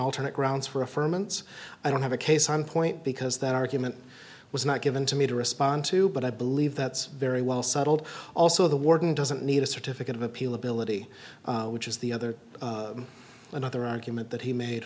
alternate grounds for a firm and i don't have a case on point because that argument was not given to me to respond to but i believe that's very well settled also the warden doesn't need a certificate of appeal ability which is the other another argument that he made